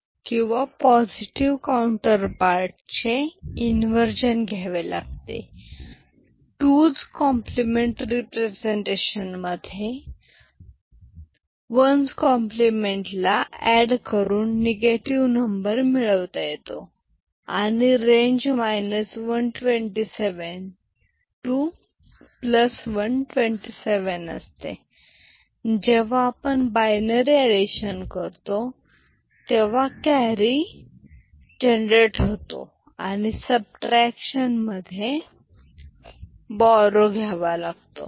8 bits complement किंवा positive counterpart चे inversion घ्यावे लागते 2s कॉम्प्लिमेंट रिप्रेझेंटेशन मध्ये वन्स कॉम्प्लिमेंट ला ऍड करून निगेटिव नंबर मिळवता येतो आणि रेंज 127 ते127असते जेव्हा आपण बाइनरी एडिशन करतो तेव्हा कॅरी जनरल होतो आणि सबट्रॅक्शन मध्ये बोरो घ्यावा लागतो